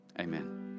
Amen